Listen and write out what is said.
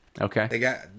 Okay